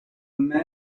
men